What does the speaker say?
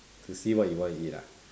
to see what you want to eat ah